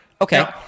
Okay